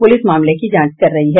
police मामले की जांच कर रही है